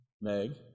Meg